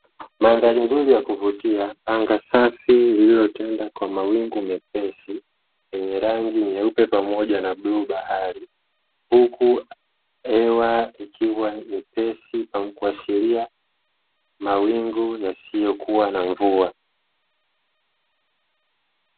Mandhari nzuri ya kuvutia, anga safi lililotanda kwa mawingu mepesi, lenye rangi ya nyeupe pamoja na bluu bahari, huku hewa ikiwa nyepesi na kuashiria mawingu yasiyokuwa na mvua.